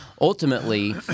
Ultimately